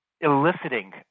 eliciting